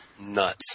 Nuts